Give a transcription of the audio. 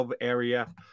area